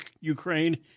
Ukraine